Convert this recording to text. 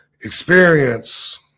experience